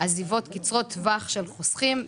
עזיבות קצרות טווח של חוסכים.